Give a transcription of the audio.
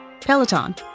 Peloton